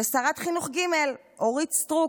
ושרת חינוך ג', אורית סטרוק,